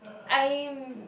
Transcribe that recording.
I'm